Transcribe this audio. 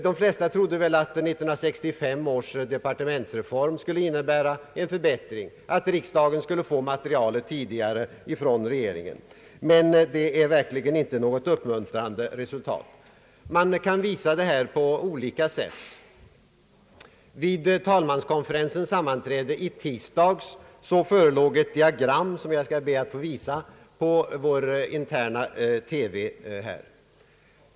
De flesta av oss trodde nog att 1963 års departmentsreform skulle medföra en förbättring och att riksdagen därefter skuile få materialet tidigare från regeringen. Men resultatet är verkligen inte uppmuntrande. Man kan visa utvecklingen på olika sätt. Vid talmanskonferensens sammanträde i tidsdags förelåg ett diagram, som jag ber att få visa på vår interna TV.